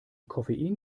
koffein